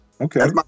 Okay